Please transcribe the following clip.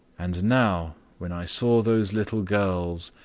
and now, when i saw those little girls,